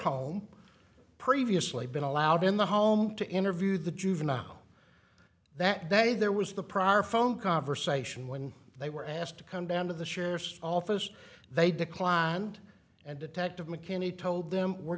home previously been allowed in the home to interview the juvenile that day there was the prior phone conversation when they were asked to come down to the sheriff's office they declined and detective mckinney told them we're